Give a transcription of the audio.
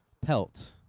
pelt